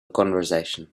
conversation